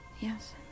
Yes